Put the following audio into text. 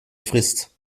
frist